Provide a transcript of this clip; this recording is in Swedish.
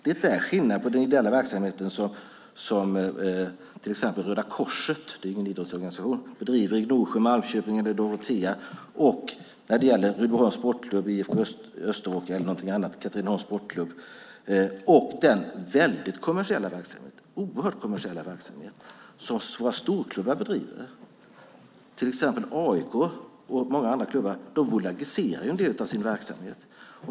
Det är skillnad på den ideella verksamhet som bedrivs av till exempel Röda Korset - det är ingen idrottsorganisation - i Gnosjö, Malmköping eller Dorotea och som Rydboholms Sportklubb, IFK Österåker, Katrineholms Sportklubb och andra klubbar bedriver och den oerhört kommersiella verksamhet som våra storklubbar bedriver. Exempelvis AIK och många andra klubbar bolagiserar en del av sin verksamhet.